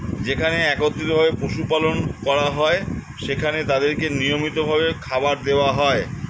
যেখানে একত্রিত ভাবে পশু পালন করা হয়, সেখানে তাদেরকে নিয়মিত ভাবে খাবার দেওয়া হয়